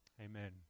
Amen